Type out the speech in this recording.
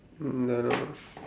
um um don't know